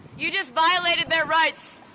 you just violated their rights.